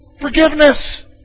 Forgiveness